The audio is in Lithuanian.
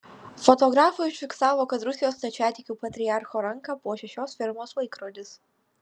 fotografai užfiksavo kad rusijos stačiatikių patriarcho ranką puošia šios firmos laikrodis